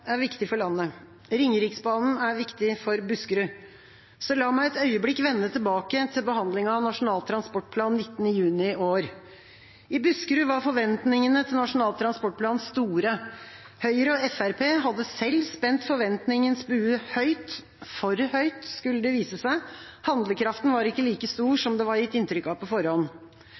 la meg et øyeblikk vende tilbake til behandlingen av Nasjonal transportplan 19. juni i år. I Buskerud var forventningene til Nasjonal transportplan store. Høyre og Fremskrittspartiet hadde selv spent forventningens bue høyt – for høyt, skulle det vise seg. Handlekraften var ikke like stor som det var gitt inntrykk av på forhånd.